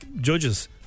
Judges